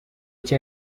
cye